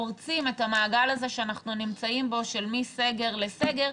פורצים את המעגל הזה שאנחנו נמצאים בו מסגר לסגר.